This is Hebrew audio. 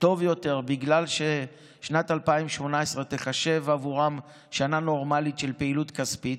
טוב יותר בגלל ששנת 2018 תיחשב עבורם שנה נורמלית של פעילות כספית,